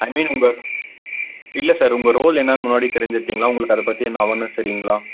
ஐ mean உங்கள் இல்லை sir உங்கள் ரோல் என்னென்னு முன்னாடி தெரிஞ்சுருக்கீங்களா உங்களுக்கு அதைப் பற்றி என்ன அவர்னஸ் தெரியுங்களா